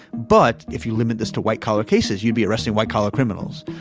but if you limit this to white collar cases, you'd be arresting white collar criminals.